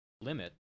limit